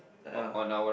ah